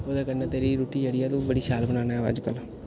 ओह्दे कन्नै तेरी रुट्टी जेह्ड़ी ऐ तूं बड़ी शैल बनानां अजकल